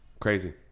Crazy